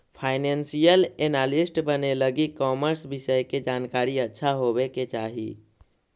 financial analyst बने लगी commerce विषय के जानकारी अच्छा होवे के चाही